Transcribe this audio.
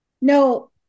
No